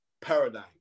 paradigm